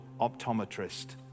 optometrist